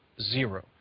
zero